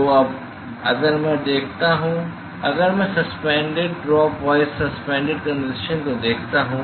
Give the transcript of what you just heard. तो अब अगर मैं देखता हूं अगर मैं suspended drop wise suspended condensation को देखता हूं